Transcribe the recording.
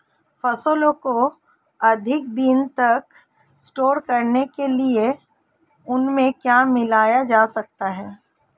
फसलों को अधिक दिनों तक स्टोर करने के लिए उनमें क्या मिलाया जा सकता है?